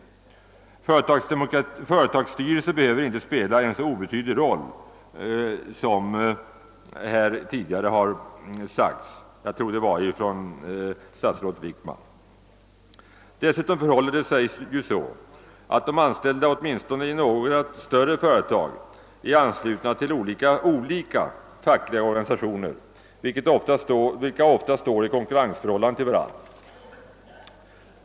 Företagsstyrelser behöver inte spela en så obetydlig roll som här sagts; jag tror det var statsrådet Wickman som sade det. Dessutom förhåller det sig så att de anställda i åtminstone några större företag är anslutna till olika fackliga organisationer, som ofta står i konkurrensförhållande till varandra.